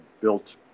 built